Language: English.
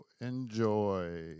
Enjoy